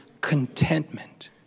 contentment